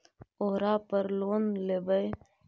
ओरापर लोन लेवै?